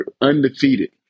undefeated